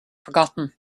forgotten